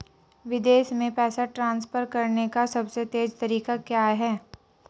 विदेश में पैसा ट्रांसफर करने का सबसे तेज़ तरीका क्या है?